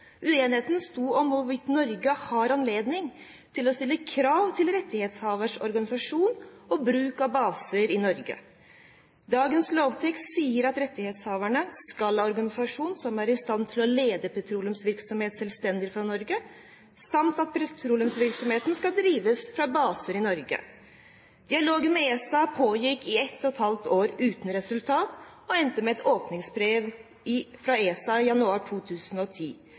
Uenigheten sto om hvorvidt Norge har anledning til å stille krav til rettighetshaveres organisasjon og bruk av baser i Norge. Dagens lovtekst sier at rettighetshaverne skal ha en organisasjon som er i stand til å lede petroleumsvirksomheten selvstendig fra Norge samt at petroleumsvirksomheten skal drives fra base i Norge. Dialogen med ESA pågikk i et og et halvt år uten resultat, og endte med et åpningsbrev fra ESA i januar 2010